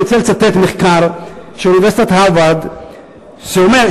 אני רוצה לצטט מחקר של אוניברסיטת הארוורד שקובע